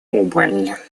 убыль